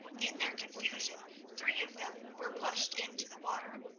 in their confusion three of them were pushed into the water,